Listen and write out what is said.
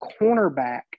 cornerback